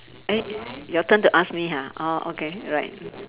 eh your turn to ask me ha orh okay right